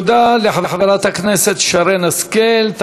תודה לחברת הכנסת שרן השכל.